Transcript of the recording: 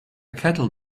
cattle